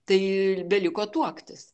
tai beliko tuoktis